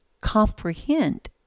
comprehend